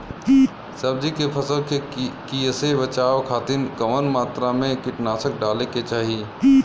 सब्जी के फसल के कियेसे बचाव खातिन कवन मात्रा में कीटनाशक डाले के चाही?